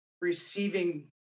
receiving